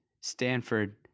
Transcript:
Stanford